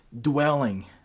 Dwelling